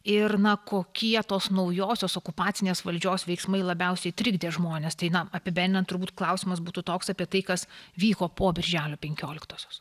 ir na kokie tos naujosios okupacinės valdžios veiksmai labiausiai trikdė žmones tai na apibendrinant turbūt klausimas būtų toks apie tai kas vyko po birželio penkioliktosios